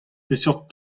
peseurt